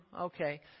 Okay